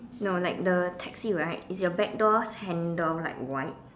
no like the taxi right is your back door handle like white